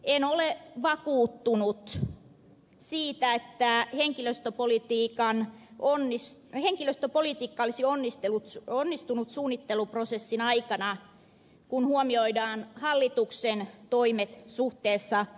en ole vakuuttunut siitä että henkilöstöpolitiikka olisi onnistunut suunnitteluprosessin aikana kun huomioidaan hallituksen toimet suhteessa merentutkimuslaitokseen